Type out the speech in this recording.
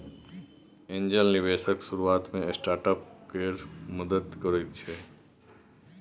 angel निबेशक शुरुआत मे स्टार्टअप केर मदति करैत छै